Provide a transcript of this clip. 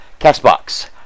CastBox